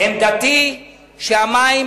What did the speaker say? עמדתי היא שהמים,